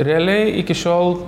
realiai iki šiol